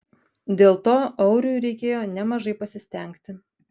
dėl to auriui reikėjo nemažai pasistengti